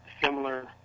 similar